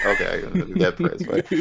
okay